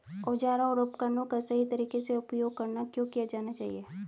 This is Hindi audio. औजारों और उपकरणों का सही तरीके से उपयोग क्यों किया जाना चाहिए?